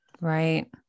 Right